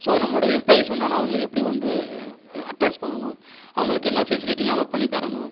so நம்மளுடைய employees வந்தாங்கன்னால் அவங்களை வந்து எப்படி வந்து அட்ரஸ் பண்ணணும் அவர்களுக்கு என்ன பெசிலிட்டியெல்லாம் நம்ம பண்ணி தரணும்